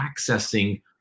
accessing